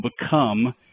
become